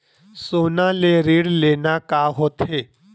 सोना ले ऋण लेना का होथे?